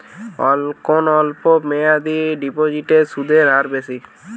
কোন অল্প মেয়াদি ডিপোজিটের সুদের হার বেশি?